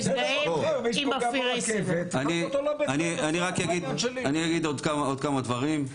אני אגיד עוד כמה דברים.